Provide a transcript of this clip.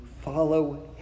follow